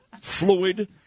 fluid